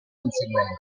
conseguenze